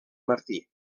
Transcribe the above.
martí